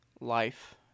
life